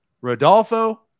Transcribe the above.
Rodolfo